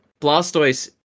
Blastoise